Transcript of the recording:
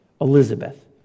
Elizabeth